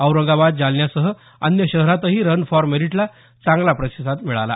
औरंगाबाद जालनासह अन्य शहरातही रन फॉर मेरीटला चांगला प्रतिसाद मिळाला